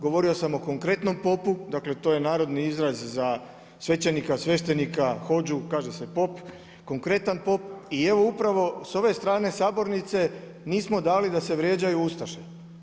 Govorio sam o konkretnom popu, dakle to je narodni izraz za svećenika, sveštenika, hodžu, kaže se pop, konkretan pop i evo upravo s ove strane sabornice nismo dali da se vrijeđaju ustaše.